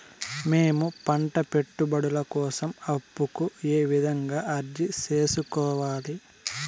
మేము పంట పెట్టుబడుల కోసం అప్పు కు ఏ విధంగా అర్జీ సేసుకోవాలి?